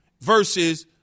versus